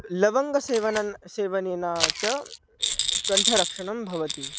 लवङ्गसेवनेन सेवनेन च कण्ठरक्षणं भवति